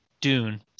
Dune